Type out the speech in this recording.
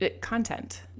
content